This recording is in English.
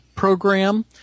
program